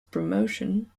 promotion